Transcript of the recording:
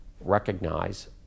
recognize